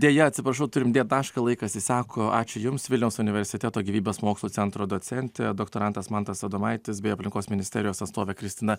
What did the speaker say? deja atsiprašau turim dėt tašką laikas išseko ačiū jums vilniaus universiteto gyvybės mokslų centro docentė doktorantas mantas adomaitis bei aplinkos ministerijos atstovė kristina